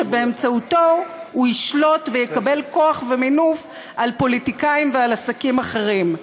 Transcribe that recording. שבאמצעותו הוא ישלוט ויקבל כוח ומינוף על פוליטיקאים ועל עסקים אחרים.